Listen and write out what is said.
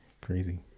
Crazy